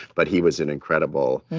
but he was an incredible,